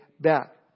back